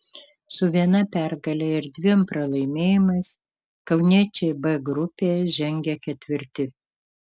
su viena pergale ir dviem pralaimėjimais kauniečiai b grupėje žengia ketvirti